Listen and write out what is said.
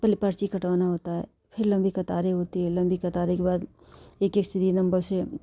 पहले पर्ची कटवाना होता है फ़िर लंबी कतारें होती हैं लंबी कतारे के बाद एक एक सीरियल नम्बर से